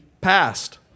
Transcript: passed